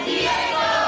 Diego